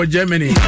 Germany